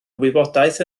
wybodaeth